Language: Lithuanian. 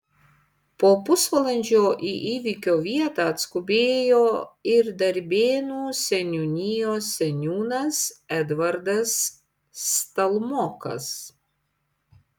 po pusvalandžio į įvykio vietą atskubėjo ir darbėnų seniūnijos seniūnas edvardas stalmokas